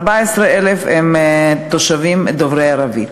14,000 הם דוברי ערבית.